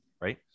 right